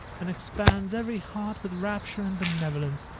and expands every heart with rapture and benevolence.